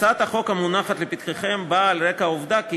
הצעת החוק המונחת לפתחכם באה על רקע העובדה כי